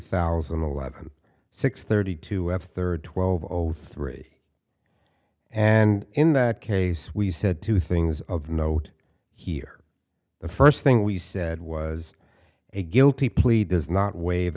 thousand and eleven six thirty to have third twelve o three and in that case we said two things of note here the first thing we said was a guilty plea does not waive